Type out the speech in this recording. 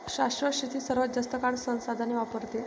शाश्वत शेती सर्वात जास्त काळ संसाधने वापरते